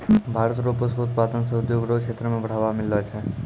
भारत रो पुष्प उत्पादन से उद्योग रो क्षेत्र मे बढ़ावा मिललो छै